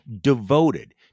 devoted